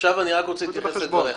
אני רוצה להתייחס לדבריך.